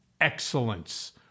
excellence